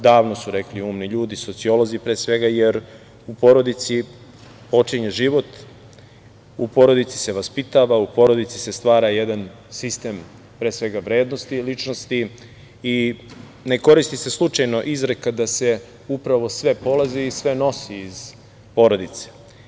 Davno su rekli umni ljudi, sociolozi pre svega, jer u porodici počinje život, u porodici se vaspitava, u porodici se stvara jedan sistem vrednosti, ličnosti i ne koristi se slučajno izreka da upravo sve polazi i sve nosi iz porodice.